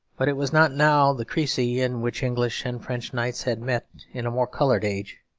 but it was not now the crecy in which english and french knights had met in a more coloured age,